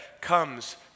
comes